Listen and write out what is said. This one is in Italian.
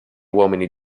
uomini